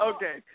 Okay